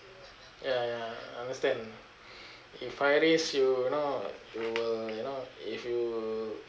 ya ya I understand if high risk you know you will you know if you